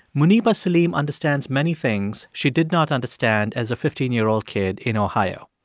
muniba saleem understands many things she did not understand as a fifteen year old kid in ohio.